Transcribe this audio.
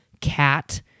cat